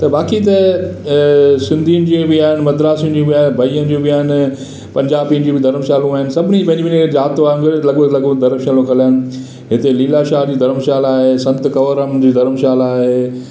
त बाक़ी त सिंधियुनि जी बि आहे मद्रासिन जी बि आहे भैइयन जूं बि आहिनि पंजाबियुनि जी बि धरमशालाऊं आहिनि सभिनी पंहिंजी पंहिंजी जात वागुंर लगभॻि लगभॻि धरमशालाऊं आहिनि हिते लीलाशाह जी धरमशाला आहे संत कवंरराम जी धरमशाला आहे